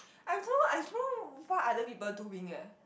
I've know I've know what other people doing eh